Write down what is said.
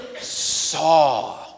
saw